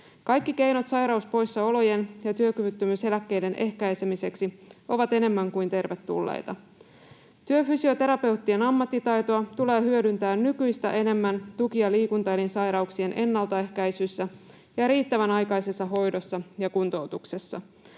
Kaikki keinot sairauspoissaolojen ja työkyvyttömyyseläkkeiden ehkäisemiseksi ovat enemmän kuin tervetulleita. Työfysioterapeuttien ammattitaitoa tulee hyödyntää nykyistä enemmän tuki- ja liikuntaelinsairauksien ennaltaehkäisyssä ja riittävän aikaisessa hoidossa ja kuntoutuksessa.